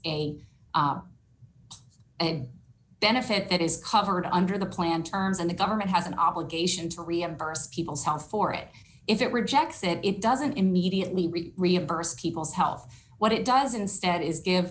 a benefit is covered under the plan terms and the government has an obligation to reimburse peoples health for it if it rejects it it doesn't immediately reach reimburse people's health what it does instead is give